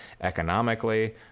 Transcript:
economically